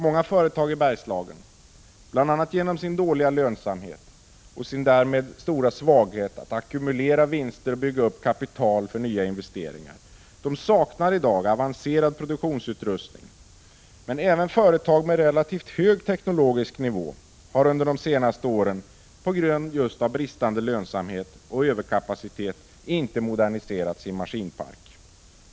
Många företag i Bergslagen saknar i dag — bl.a. därför att de har dålig lönsamhet och därmed stora svagheter när det gäller att ackumulera vinster och att bygga upp kapital för nya investeringar — avancerad produktionsutrustning. Men även företag på relativt hög teknologisk nivå har under de senaste åren just på grund av bristande lönsamhet och överkapacitet inte moderniserat sin maskinpark.